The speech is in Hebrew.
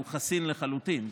שהוא חסין לחלוטין.